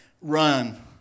Run